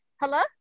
Hello